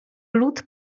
lód